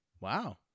Wow